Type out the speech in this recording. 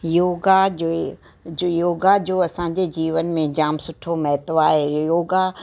योगा जे योगा जो असांजे जीवन में जाम सुठो महत्वु आहे योगा